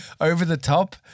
over-the-top